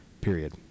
period